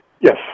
yes